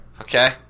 Okay